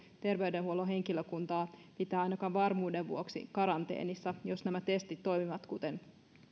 terveydenhuollon henkilökuntaa pitää ainakaan varmuuden vuoksi karanteenissa jos nämä testit toimivat kuten